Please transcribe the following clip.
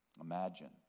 Imagine